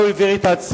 הרי הוא הבהיר את עצמו.